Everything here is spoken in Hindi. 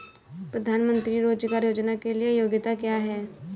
प्रधानमंत्री रोज़गार योजना के लिए योग्यता क्या है?